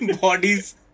bodies